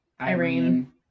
Irene